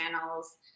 channels